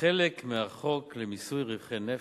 כחלק מהחוק למיסוי רווחי נפט,